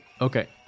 Okay